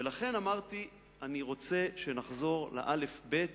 לכן אמרתי: אני רוצה שנחזור לאלף-בית